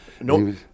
Nope